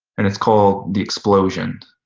and it's called the explosion.